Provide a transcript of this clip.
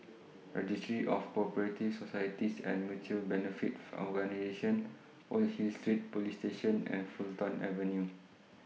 Registry of Co Operative Societies and Mutual Benefit Organisations Old Hill Street Police Station and Fulton Avenue